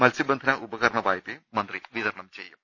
മത്സ്യ ബന്ധനഉപകരണ വായ്പയും മന്ത്രി വിതരണം ചെയ്യും